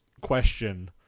question